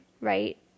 right